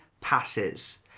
passes